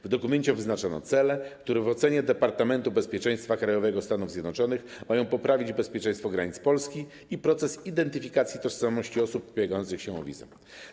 W dokumencie wyznaczono cele, których osiągnięcie w ocenie Departamentu Bezpieczeństwa Krajowego Stanów Zjednoczonych ma poprawić bezpieczeństwo granic Polski i usprawnić proces identyfikacji tożsamości osób ubiegających się o wizę.